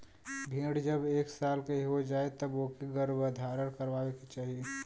भेड़ जब एक साल के हो जाए तब ओके गर्भधारण करवाए के चाही